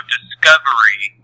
Discovery